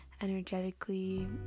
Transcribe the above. energetically